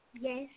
Yes